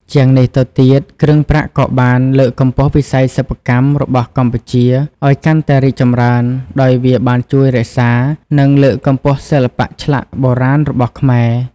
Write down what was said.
ជាងនេះទៅទៀត គ្រឿងប្រាក់ក៏បាន លើកកម្ពស់វិស័យសិប្បកម្ម របស់កម្ពុជាឲ្យកាន់តែរីកចម្រើន ដោយវាបានជួយរក្សា និងលើកកម្ពស់សិល្បៈឆ្លាក់បុរាណរបស់ខ្មែរ